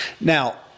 now